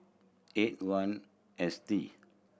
eight one S T